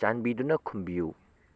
ꯆꯥꯟꯕꯤꯗꯨꯅ ꯈꯨꯝꯕꯤꯌꯨ